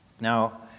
Now